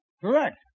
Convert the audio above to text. Correct